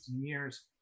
years